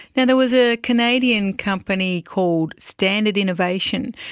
and there was a canadian company called standard innovation,